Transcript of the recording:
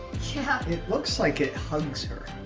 yeah. it looks like it hugs her